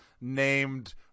named